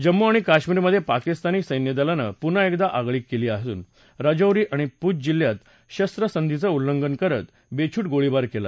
जम्मू आणि काश्मीरमधे पाकिस्तानी सैन्यदलानं पुन्हा एकदा आगळीक केली असून राजौरी आणि पूँछ जिल्ह्यात शस्त्रसंधीचं उल्लंघन करत बेछूट गोळीबार केला